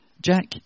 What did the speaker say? Jack